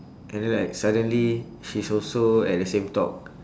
and then like suddenly she's also at the same talk